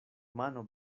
mano